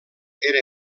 era